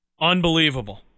Unbelievable